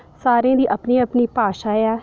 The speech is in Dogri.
सारेंं दी अपनी अपनी भाशा ऐ